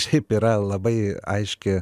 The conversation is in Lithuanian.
šiaip yra labai aiški